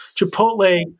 Chipotle